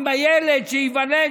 עם הילד שייוולד,